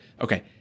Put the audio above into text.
okay